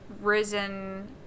risen